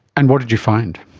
and what did you find?